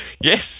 yes